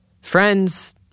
Friends